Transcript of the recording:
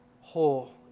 whole